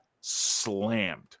slammed